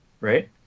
right